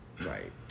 right